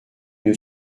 une